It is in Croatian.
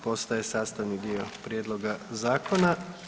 Postaje sastavni dio prijedloga zakona.